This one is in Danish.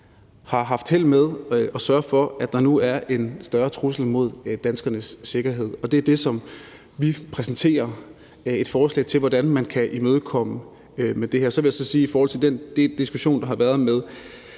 har haft held med at sørge for, at der nu er en større trussel mod danskernes sikkerhed. Og det er det, som vi med det her præsenterer et forslag til hvordan man kan imødekomme. Så vil jeg sige i forhold til den diskussion, der har været om